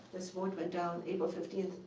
this boat went down, april fifteen,